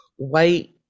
white